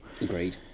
Agreed